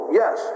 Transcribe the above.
yes